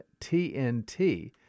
TNT